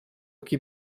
aqui